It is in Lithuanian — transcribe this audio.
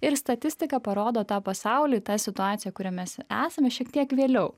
ir statistika parodo tą pasaulį tą situaciją kurią mes esame šiek tiek vėliau